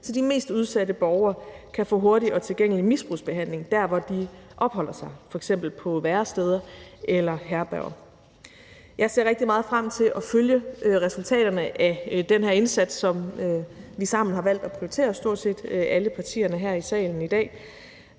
så de mest udsatte borgere kan få en hurtig og tilgængelig misbrugsbehandling der, hvor de opholder sig, f.eks. på væresteder eller herberger. Jeg ser rigtig meget frem til at følge resultaterne af den her indsats, som vi sammen i stort set alle partierne her i salen i dag